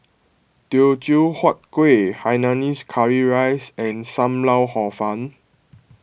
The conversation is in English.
Teochew Huat Kuih Hainanese Curry Rice and Sam Lau Hor Fun